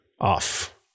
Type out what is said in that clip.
off